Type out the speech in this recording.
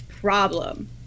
problem